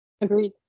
Agreed